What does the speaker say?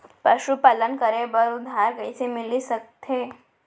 पशुपालन करे बर उधार कइसे मिलिस सकथे?